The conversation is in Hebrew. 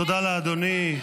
היו"ר אמיר אוחנה: תודה לאדוני.